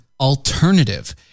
alternative